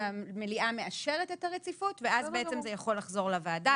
המליאה מאשרת את הרציפות ואז בעצם זה יכול לחזור לוועדה.